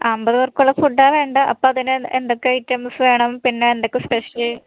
അൻപത് പേർക്കുള്ള ഫുഡ്ഡാ വേണ്ടെ അപ്പോൾ അതിന് എന്തൊക്കെ ഐറ്റംസ്സ് വേണം പിന്നെ എന്തൊക്കെ സ്പെഷ്യല്